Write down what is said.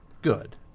Good